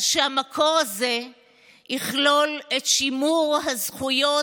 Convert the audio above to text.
אז שהמקור הזה יכלול את שימור הזכויות